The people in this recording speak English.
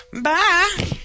Bye